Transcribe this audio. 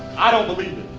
i don't believe it.